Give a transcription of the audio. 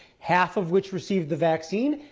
half of which received the vaccine,